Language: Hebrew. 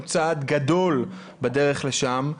הוא צעד גדול בדרך לשם.